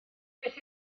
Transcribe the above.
beth